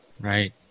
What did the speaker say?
Right